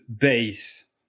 base